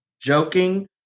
joking